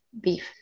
beef